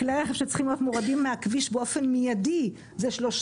כלי רכב שצריכים להיות מורדים מהכביש באופן מידי זה 3%,